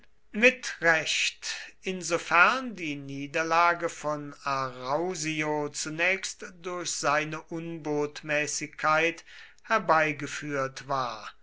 mit recht insofern die niederlage von arausio zunächst durch seine unbotmäßigkeit herbeigeführt war